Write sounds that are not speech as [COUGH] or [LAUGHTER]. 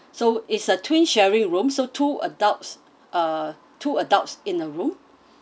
so it's a twin sharing room so two adults uh two adults in a room [BREATH]